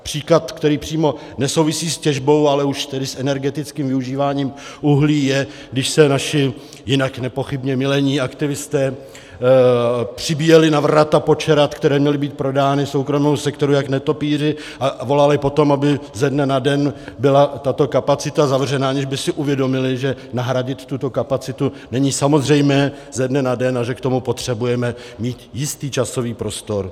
Příklad, který přímo nesouvisí s těžbou, ale už tedy s energetickým využíváním uhlí, je, když se naši jinak nepochybně milení aktivisté přibíjeli na vrata Počerad, které měly být prodány soukromému sektoru, jako netopýři a volali po tom, aby ze dne na den byla tato kapacita zavřena, aniž by si uvědomili, že nahradit tuto kapacitu není samozřejmé ze dne na den a že k tomu potřebujeme mít jistý časový prostor.